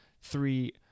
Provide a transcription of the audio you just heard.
three